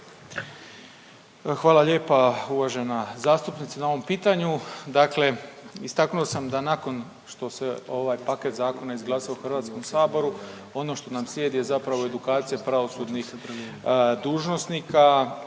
Hvala lijepa uvažena zastupnice na ovom pitanju. Dakle, istaknuo sam da nakon što se ovaj paket zakona izglasa u Hrvatskom saboru ono što nam slijedi je zapravo edukacija pravosudnih dužnosnika,